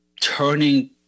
turning